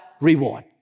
reward